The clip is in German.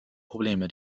probleme